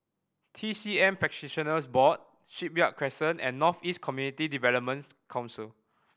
T C M Practitioners Board Shipyard Crescent and North East Community Development Council